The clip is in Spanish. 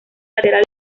lateral